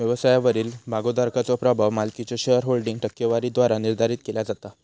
व्यवसायावरील भागोधारकाचो प्रभाव मालकीच्यो शेअरहोल्डिंग टक्केवारीद्वारा निर्धारित केला जाता